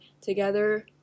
together